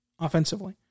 offensively